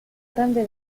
grande